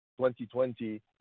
2020